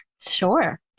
Sure